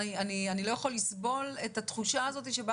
אני לא יכול לסבול את התחושה הזאת שבה